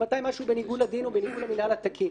מתי משהו בניגוד לדין ובניגוד למנהל התקין.